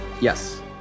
Yes